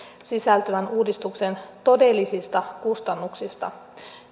sisältyvän uudistuksen todellisista kustannuksista